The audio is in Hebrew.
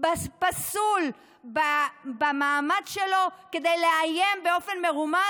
פסול במעמד שלו כדי לאיים באופן מרומז,